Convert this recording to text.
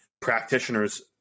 practitioners